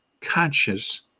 conscious